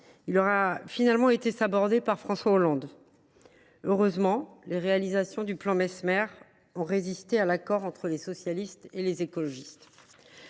il aura finalement été sabordé par François Hollande. Heureusement, les réalisations du plan Messmer ont résisté à l’accord entre les socialistes et les écologistes.